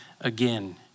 again